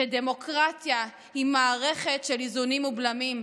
שדמוקרטיה היא מערכת של איזונים ובלמים,